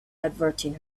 averting